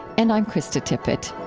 and i'm krista tippett